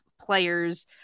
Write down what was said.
players